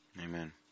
Amen